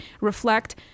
reflect